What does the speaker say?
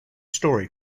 story